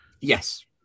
Yes